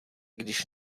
když